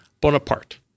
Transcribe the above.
Bonaparte